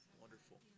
wonderful